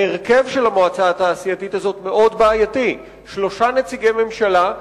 ההרכב של המועצה התעשייתית הזאת מאוד בעייתי: שלושה נציגי ממשלה,